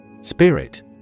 Spirit